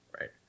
right